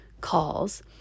calls